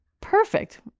perfect